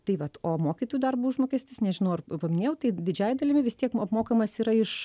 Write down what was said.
tai vat o mokytojų darbo užmokestis nežinau ar paminėjau tai didžiąja dalimi vis tiek apmokamas yra iš